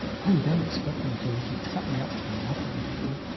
well, you dont expect me to let you cut me up for nothing, do you?